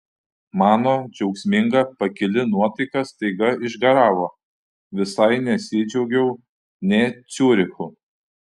mano džiaugsminga pakili nuotaika staiga išgaravo visai nesidžiaugiau nė ciurichu